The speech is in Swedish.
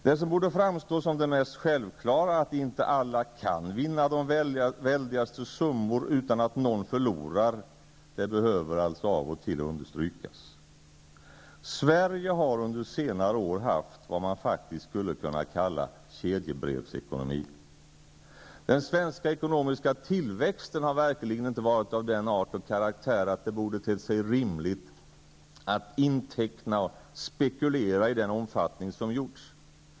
Det som borde framstå som det mest självklara, att inte alla kan vinna de väldigaste summor utan att någon förlorar, behöver alltså av och till understrykas. Sverige har under senare år haft vad man faktiskt skulle kunna kalla en kedjebrevsekonomi. Den svenska ekonomiska tillväxten har verkligen inte varit av den arten och den karaktären att det borde ha tett sig rimligt att inteckna och spekulera i den omfattning som gjorts.